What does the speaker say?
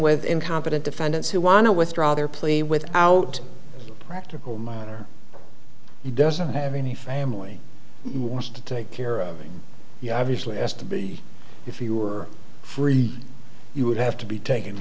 with incompetent defendants who want to withdraw their plea without practical miner he doesn't have any family wants to take care of you obviously has to be if you were free you would have to be taken